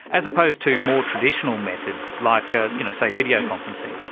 as opposed to more traditional methods like, ah you know, say, video-conferencing?